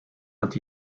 hat